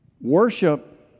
Worship